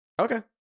Okay